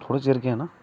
थोह्ड़ा चिर गै ना